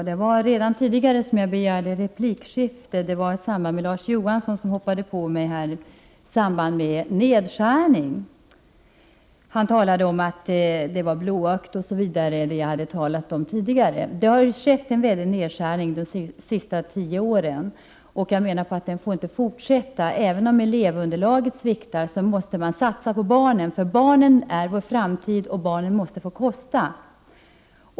Herr talman! Jag begärde tidigare replik på Larz Johanssons anförande med anledning av hans påhopp när det gällde frågan om nedskärningarna. Han menade bl.a. att det jag tidigare hade sagt vittnade om att jag var blåögd. Men det har ju förekommit stora nedskärningar under de senaste tio åren. Jag menar att det inte får vara så i fortsättningen. Även om elevunderlaget sviktar, måste man satsa på barnen. Barnen är ju vår framtid, och barnen måste få kosta.